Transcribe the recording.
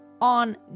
on